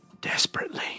Desperately